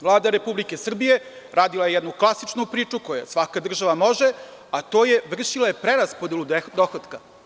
Vlada Republike Srbije radila je jednu klasičnu priču koju svaka država može, a to je vršila je preraspodelu dohotka.